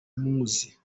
muzi